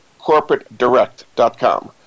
corporatedirect.com